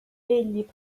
egli